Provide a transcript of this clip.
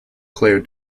claire